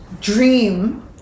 Dream